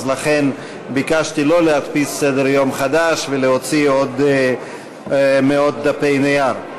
לכן ביקשתי לא להדפיס סדר-יום חדש ולהוציא עוד מאות דפי נייר.